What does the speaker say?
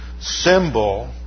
symbol